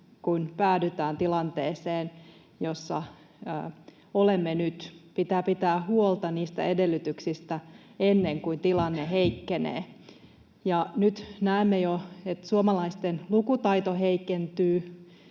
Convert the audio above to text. kuin päädytään tilanteeseen, jossa olemme nyt. Pitää pitää huolta niistä edellytyksistä ennen kuin tilanne heikkenee. Nyt näemme jo, että suomalaisten lukutaito heikentyy.